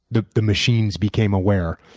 the the machines became aware.